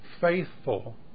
faithful